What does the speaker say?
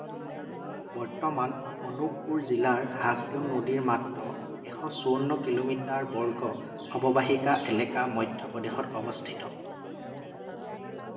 বৰ্তমান অনুপপুৰ জিলাৰ হাচদেও নদীৰ মাত্ৰ এশ চৌৱন্ন কিলোমিটাৰ বৰ্গ অৱবাহিকা এলেকা মধ্য প্ৰদেশত অৱস্থিত